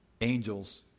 angels